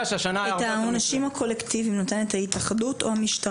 את העונשים הקולקטיביים נותנת ההתאחדות או המשטרה?